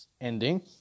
ending